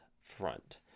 front